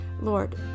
Lord